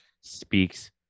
speaks